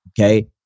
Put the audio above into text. Okay